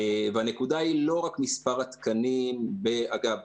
והנקודה היא לא רק מספר התקנים ברופאים,